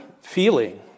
feeling